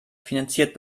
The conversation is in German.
finanziert